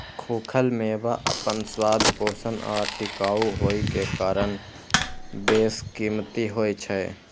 खूखल मेवा अपन स्वाद, पोषण आ टिकाउ होइ के कारण बेशकीमती होइ छै